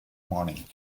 morning